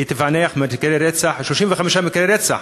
היא תפענח מקרי רצח, 35 מקרי רצח.